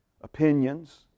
opinions